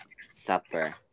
Supper